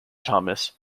thomas